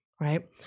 right